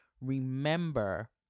Remember